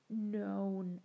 known